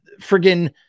Friggin